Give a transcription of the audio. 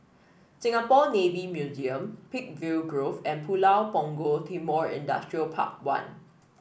Singapore Navy Museum Peakville Grove and Pulau Punggol Timor Industrial Park One